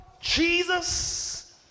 Jesus